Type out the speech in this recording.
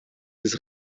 des